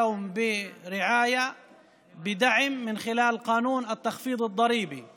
זכתה היום בתשומת לב ובתמיכה בזכות החוק להקלות במס.